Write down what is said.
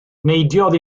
neidiodd